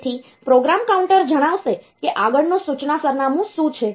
તેથી program counter જણાવશે કે આગળનું સૂચના સરનામું શું છે